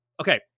okay